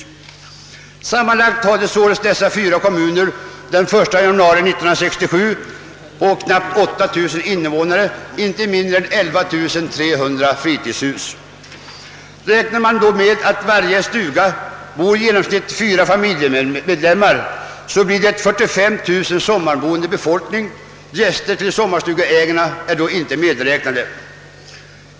Sammanlagt hade således dessa fyra kommuner den 1 januari i år knappt 8 000 invånare men inte mindre än 11 300 fritidshus. Antar man att i varje stuga bor i genomsnitt sommarboende befolkningen att uppgå till 45 000 personer, gäster till sommarstugeägarna inte medräknade.